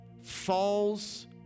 falls